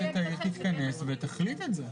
שמועצת העיר תתכנס ותחליט את זה.